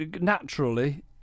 naturally